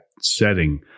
setting